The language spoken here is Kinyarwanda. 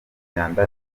myanda